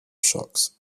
shocks